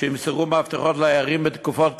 שימסרו מפתחות לדיירים בתקופות קצרות,